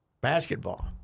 Basketball